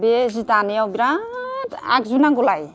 बे जि दानायाव बिराद आगजु नांगौलाय